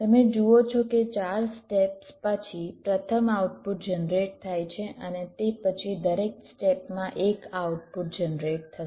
તમે જુઓ છો કે ચાર સ્ટેપ્સ પછી પ્રથમ આઉટપુટ જનરેટ થાય છે અને તે પછી દરેક સ્ટેપમાં એક આઉટપુટ જનરેટ થશે